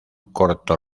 corto